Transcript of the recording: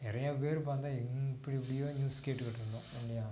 நிறையா பேர் பார்த்தா எங் எப்படி எப்படியோ நியூஸ் கேட்டுக்கிட்டிருந்தோம் இல்லையா